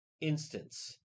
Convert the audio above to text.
instance